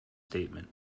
statement